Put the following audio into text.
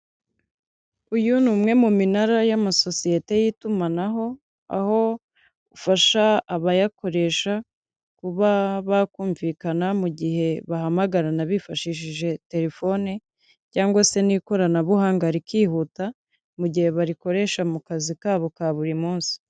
Uyu ni umwe mu minara y'amasosiyete y'itumanaho, aho ufasha abayakoresha kuba bakumvikana mu gihe bahamagarana bifashishije telefone cyangwa se n'ikoranabuhanga rikihuta, mu gihe barikoresha mu kazi kabo ka buri munsi.